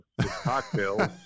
cocktails